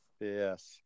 Yes